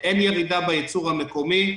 אין ירידה בייצור המקומי.